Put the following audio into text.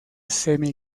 semi